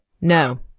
No